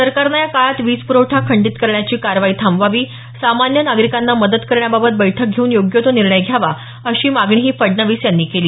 सरकारनं या काळात वीज प्रवठा खंडीत करण्याची कारवाई थांबवावी सामान्य नागरिकांना मदत करण्याबाबत बैठक घेऊन योग्य तो निर्णय घ्यावा अशी मागणीही फडणवीस यांनी केली